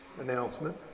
announcement